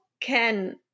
can-